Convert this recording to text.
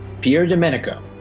Pierre-Domenico